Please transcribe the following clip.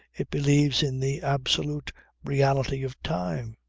it believes in the absolute reality of time.